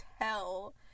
tell